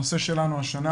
הנושא שלנו השנה